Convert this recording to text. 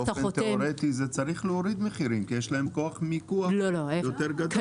באופן תיאורטי זה צריך להוריד מחירים כי יש כוח מיקוח יותר גדול.